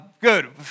Good